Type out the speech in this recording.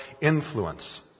influence